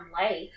life